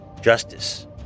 justice